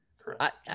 Correct